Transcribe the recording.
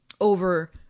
over